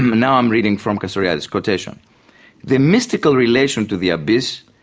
now i'm reading from castoriadis's quotation the mystical relation to the abyss,